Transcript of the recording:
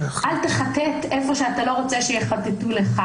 אל תחטט איפה שאתה לא רוצה שיחטטו לך.